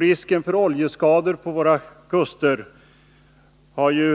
Risken för oljeskador på våra kuster har